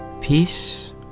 Peace